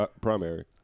primary